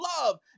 love